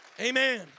Amen